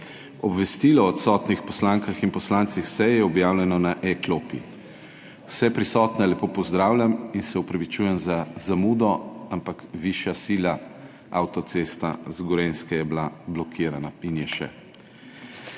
Obvestilo o odsotnih poslankah in poslancih s seje je objavljeno na e-klopi. Vse prisotne lepo pozdravljam! Opravičujem se za zamudo, ampak bila je višja sila, avtocesta z Gorenjske je bila blokirana in je še.